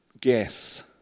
guess